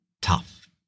tough